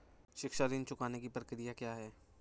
शिक्षा ऋण चुकाने की प्रक्रिया क्या है?